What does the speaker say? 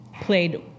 played